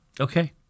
Okay